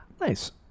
Nice